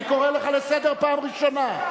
אני קורא לך לסדר פעם ראשונה,